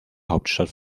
hauptstadt